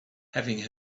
having